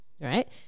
right